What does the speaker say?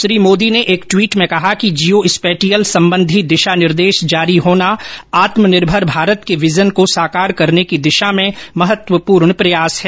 श्री मोदी ने एक ट्वीट में कहा कि जियो स्पैटियल संबंधी दिशा निर्देश जारी होना आत्मनिर्भर भारत के विजन को साकार करने की दिशा में महत्वपूर्ण प्रयास है